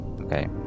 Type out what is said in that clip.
Okay